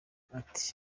ati